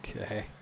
Okay